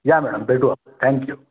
या मॅडम भेटू आपण थँक्यू